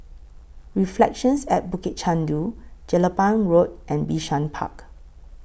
Reflections At Bukit Chandu Jelapang Road and Bishan Park